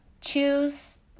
choose